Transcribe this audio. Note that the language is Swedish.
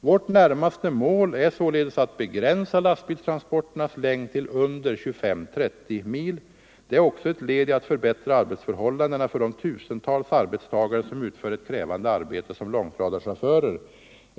Vårt närmaste mål är således att begränsa lastbilstranspor — av olönsam ternas längd till under 25 å 30 mil. Det är också ett led i att förbättra — järnvägstrafik, arbetsförhållandena för de tusentals arbetstagare som utför ett krävande = m.m. arbete som långtradarchaufförer.